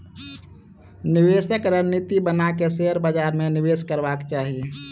निवेशक रणनीति बना के शेयर बाजार में निवेश करबाक चाही